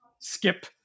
skip